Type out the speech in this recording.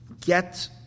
get